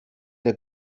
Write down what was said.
der